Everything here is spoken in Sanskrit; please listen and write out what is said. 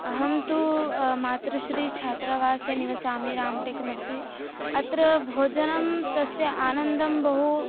अहं तु मातुश्री छात्रावासे निवसामि रामटेकमध्ये अत्र भोजनं तस्य आनन्दं बहु